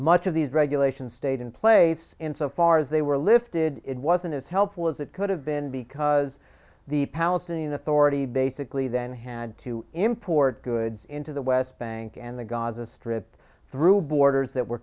much of these regulations stayed in place in so far as they were lifted it wasn't as helpful as it could have been because the palestinian authority basically then had to import goods into the west bank and the gaza strip through borders that were